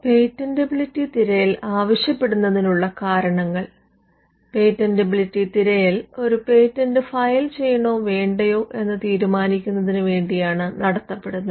patentability തിരയൽ ആവശ്യപെടുന്നതിനുള്ള കാരണങ്ങൾ പേറ്റന്റെബിലിറ്റി തിരയൽ ഒരു പേറ്റന്റ് ഫയൽ ചെയ്യണോ വേണ്ടയോ എന്ന് തിരുമാനിക്കുന്നതിന് വേണ്ടിയാണ് നടത്തപ്പെടുന്നത്